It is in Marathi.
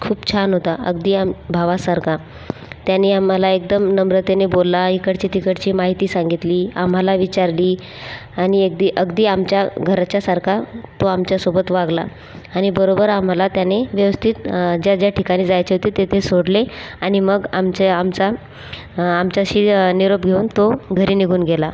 खूप छान होता अगदी आम भावासारखा त्याने आम्हाला एकदम नम्रतेने बोलला इकडची तिकडची माहिती सांगितली आम्हाला विचारली आणि एगदी अगदी आमच्या घरच्यासारखा तो आमच्यासोबत वागला आणि बरोबर आम्हाला त्याने व्यवस्थित ज्या ज्या ठिकाणी जायचे होते तेथे सोडले आणि मग आमच्या आमचा आमच्याशी निरोप घेऊन तो घरी निघून गेला